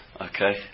Okay